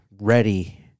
ready